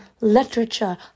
literature